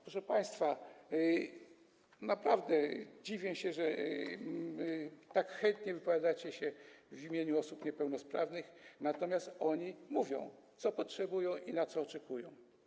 Proszę państwa, naprawdę dziwię się, że tak chętnie wypowiadacie się w imieniu osób niepełnosprawnych, natomiast one mówią, czego potrzebują i na co oczekują.